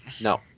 No